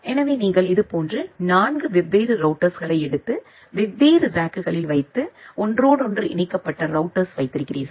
எனவே நீங்கள் இதுபோன்ற 4 வெவ்வேறு ரௌட்டர்ஸ்களை எடுத்து வெவ்வேறு ரேக்குகளில் வைத்து ஒன்றோடொன்று இணைக்கப்பட்ட ரௌட்டர்ஸ் வைத்திருக்கிறீர்கள்